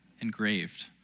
engraved